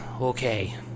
okay